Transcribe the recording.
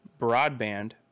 broadband